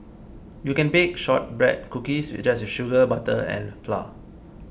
you can bake Shortbread Cookies just with sugar butter and flour